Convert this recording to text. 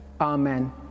Amen